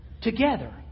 together